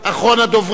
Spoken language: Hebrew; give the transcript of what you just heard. אחרון הדוברים,